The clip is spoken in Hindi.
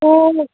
तो